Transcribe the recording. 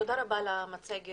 תודה רבה על המצגת,